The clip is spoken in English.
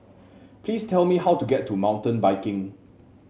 please tell me how to get to Mountain Biking